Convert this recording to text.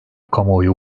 kamuoyu